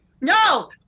no